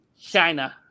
China